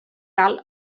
tal